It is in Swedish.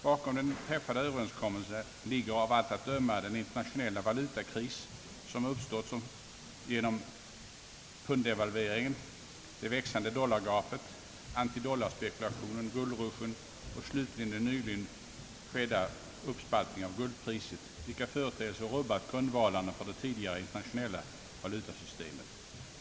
Bakom den träffade överenskommelsen ligger av allt att döma den internationella valutakris, som uppstått genom punddevalveringen, där växande dollargapet, antidollarspekulationen, guldrushen och slutligen den nyligen skedda uppspaltningen av guldpriset, vilka företeelser rubbat grundvalarna för det tidigare internationella valutasystemet.